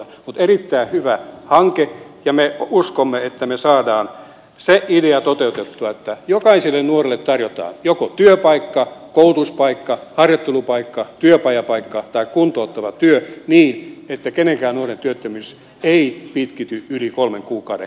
mutta tämä on erittäin hyvä hanke ja me uskomme että me saamme sen idean toteutettua että jokaiselle nuorelle tarjotaan joko työpaikka koulutuspaikka harjoittelupaikka työpajapaikka tai kuntouttava työ niin että kenenkään nuoren työttömyys ei pitkity yli kolmen kuukauden